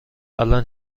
الان